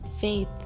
faith